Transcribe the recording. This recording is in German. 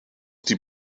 die